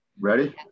Ready